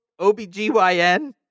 OBGYN